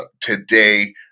today